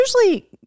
usually